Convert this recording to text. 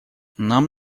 нам